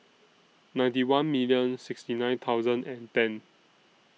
ninety one million sixty nine thousand and ten